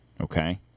Okay